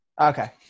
Okay